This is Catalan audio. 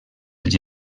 els